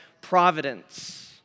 providence